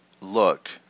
look